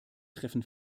treffen